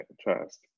trust